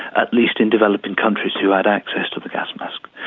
at least in developed and countries who had access to the gas mask,